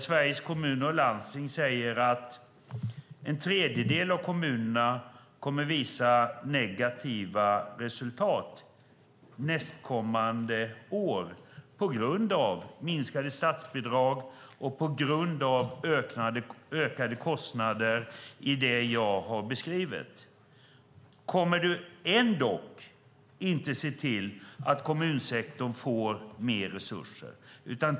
Sveriges Kommuner och Landsting säger att en tredjedel av kommunerna kommer att visa negativa resultat nästkommande år på grund av minskade statsbidrag och ökade kostnader för det jag har beskrivit. Kommer du trots det inte att se till att kommunsektorn får mer resurser, Anders Borg?